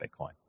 Bitcoin